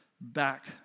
back